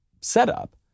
setup